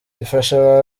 ifasha